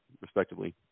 Respectively